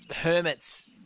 hermits